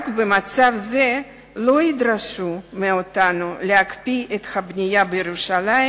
רק במצב זה לא ידרשו מאתנו להקפיא את הבנייה בירושלים